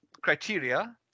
criteria